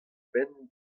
benn